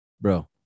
Bro